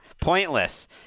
pointless